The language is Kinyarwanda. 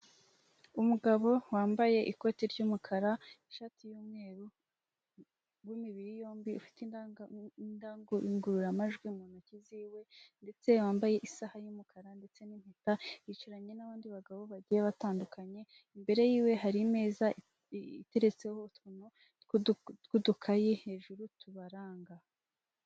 Umugabo wambaye ikote ry'umukara, ishati y'umweru, w'imibiri yombi, ufite inga, indangungururamajwi mu ntoki, wambaye isaha y'umukara, yicaranye n'abandi bagabo bagiye batandukanye, imbere yiwe hari imeza iteretse ho utuntu tw'udukayi hejuru tubaranga.